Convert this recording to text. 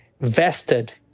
vested